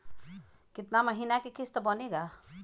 कितना महीना के किस्त बनेगा?